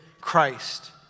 Christ